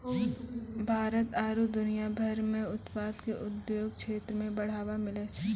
भारत आरु दुनिया भर मह उत्पादन से उद्योग क्षेत्र मे बढ़ावा मिलै छै